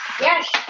Yes